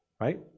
Right